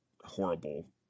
horrible